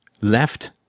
left